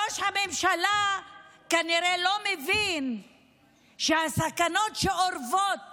ראש הממשלה כנראה לא מבין שהסכנות שאורבות